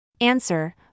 Answer